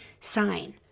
sign